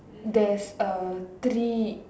there's a tree